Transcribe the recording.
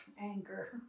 anger